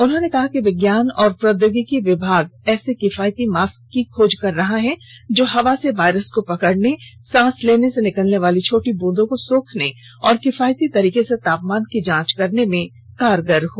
उन्होंने कहा कि विज्ञान और प्रौद्योगिकी विभाग ऐसे किफायती मॉस्क की खोज कर रहा है जो हवा से वायरस को पकड़ने सांस लेने से निकलने वाली छोटी ब्रंदों को सोखने और किफायती तरीके से तापमान की जांच करने में कारगर हो